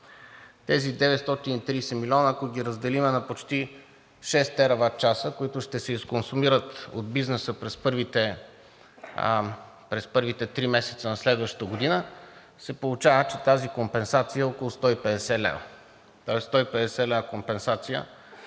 Тези 930 милиона, ако ги разделим на почти шест тераватчаса, които ще се изконсумират от бизнеса през първите три месеца на следващата година, се получава, че тази компенсация е около 150 лв.,